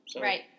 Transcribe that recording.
Right